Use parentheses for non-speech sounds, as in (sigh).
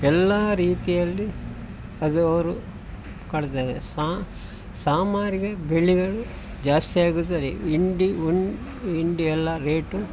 ಎಲ್ಲ ರೀತಿಯಲ್ಲಿ ಅದು ಅವರು (unintelligible) ಸಾಮಾರಿಗೆ ಬೆಳೆಯಲು ಜಾಸ್ತಿಯಾಗುತ್ತದೆ ಹಿಂಡಿ ಉಂ ಹಿಂಡಿ ಎಲ್ಲ ರೇಟು